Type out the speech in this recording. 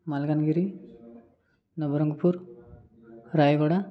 Malkangiri Nabarangpur Rayagada